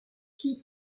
qui